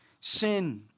sin